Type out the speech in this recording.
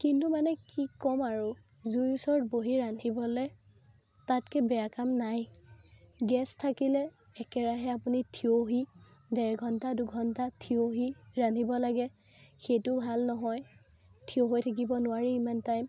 কিন্তু মানে কি ক'ম আৰু জুইৰ ওচৰত বহি ৰান্ধিবলে তাতকৈ বেয়া কাম নাই গেছ থাকিলে একেৰাহে আপুনি থিয়হি দেৰ ঘণ্টা দুঘণ্টা থিয়হি ৰান্ধিব লাগে সেইটো ভাল নহয় থিয় হৈ থাকিব নোৱাৰি ইমান সময়